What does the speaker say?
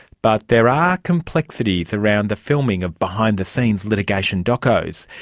but there are complexities around the filming of behind-the-scenes litigation docos.